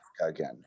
again